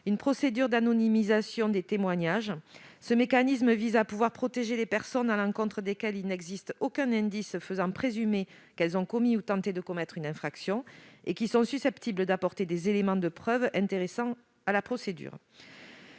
une procédure d'anonymisation des témoignages, afin de protéger les personnes à l'encontre desquelles il n'existe aucun indice faisant présumer qu'elles ont commis ou tenté de commettre une infraction et qui sont susceptibles d'apporter des éléments de preuve intéressant la procédure.